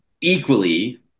equally